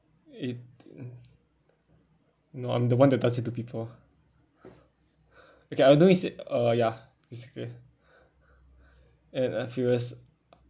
it no I'm the one that does it to people okay I know we said uh ya basically and uh furious